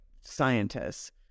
scientists